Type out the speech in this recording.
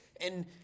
and-